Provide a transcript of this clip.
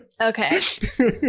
Okay